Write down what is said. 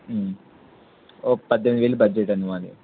ఓ పద్దెనిమిది వేలు బడ్జెట్ అండి మాది